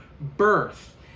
birth